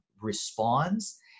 responds